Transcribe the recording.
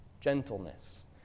gentleness